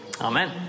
Amen